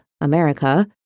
America